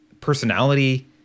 personality –